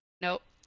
nope